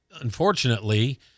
unfortunately